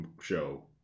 show